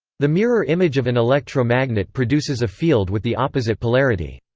the mirror image of an electromagnet produces a field with the opposite polarity.